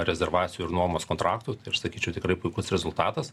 rezervacijų ir nuomos kontraktų tai aš sakyčiau tikrai puikus rezultatas